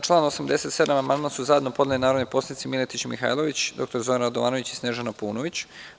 Na član 87. amandman su zajedno podneli narodni poslanici Miletić Mihajlović, dr Zoran Radovanović i Snežana Paunović.